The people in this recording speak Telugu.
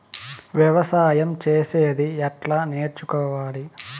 వ్యవసాయం చేసేది ఎట్లా నేర్చుకోవాలి?